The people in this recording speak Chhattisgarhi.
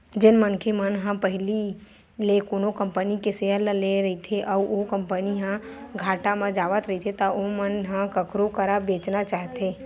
जेन मनखे मन ह पहिली ले कोनो कंपनी के सेयर ल लेए रहिथे अउ ओ कंपनी ह घाटा म जावत रहिथे त ओमन ह कखरो करा बेंचना चाहथे